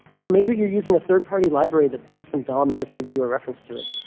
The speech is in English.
or maybe you're using a third party library that builds some dom and just gives you a reference to it.